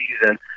season